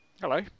Hello